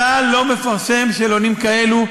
צה"ל לא מפרסם שאלונים כאלו,